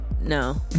No